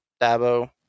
Dabo